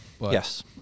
yes